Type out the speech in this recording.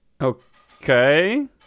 Okay